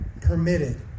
permitted